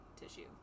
tissue